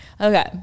Okay